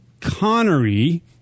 Connery